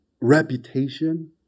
reputation